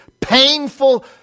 painful